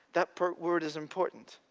that word is important,